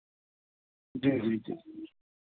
جی جی جی